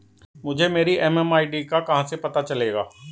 मुझे मेरी एम.एम.आई.डी का कहाँ से पता चलेगा?